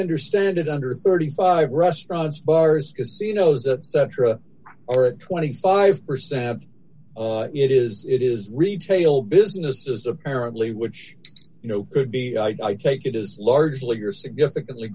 understand it under thirty five restaurants bars casinos that centra over twenty five percent of it is it is retail businesses apparently which you know could be i take it is largely or significantly